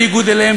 בניגוד אליהם,